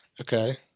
Okay